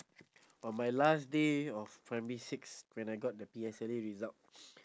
on my last day of primary six when I got the P_S_L_E result